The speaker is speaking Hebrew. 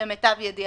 למיטב ידיעתי,